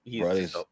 right